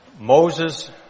Moses